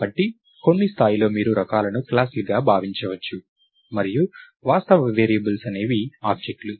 కాబట్టి కొన్ని స్థాయిలో మీరు రకాలను క్లాస్ లుగా భావించవచ్చు మరియు వాస్తవ వేరియబుల్స్ అనేవి ఆబ్జెక్ట్ లు